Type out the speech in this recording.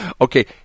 Okay